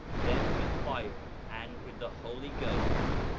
then with fire and with the holy ghost,